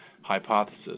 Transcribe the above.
hypothesis